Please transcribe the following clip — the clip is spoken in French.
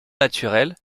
naturel